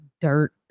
dirt